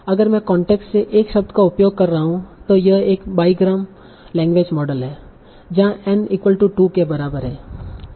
अगर मैं कांटेक्स्ट से 1 शब्द का उपयोग कर रहा हूं यह एक बाईग्राम लैंग्वेज मॉडल है जहाँ n 2 के बराबर है